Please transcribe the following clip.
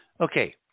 Okay